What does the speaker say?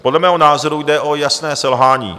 Podle mého názoru jde o jasné selhání.